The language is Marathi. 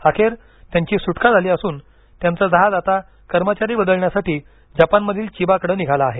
अखेर त्यांची सुटका झाली असून त्यांचं जहाज आता कर्मचारी बदलण्यासाठी जपानमधील चिबाकडे निघालं आहे